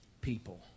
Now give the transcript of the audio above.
people